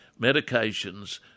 medications